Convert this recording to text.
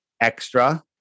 extra